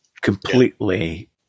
completely